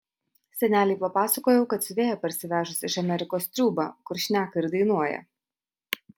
senelei papasakojau kad siuvėja parsivežus iš amerikos triūbą kur šneka ir dainuoja